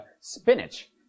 spinach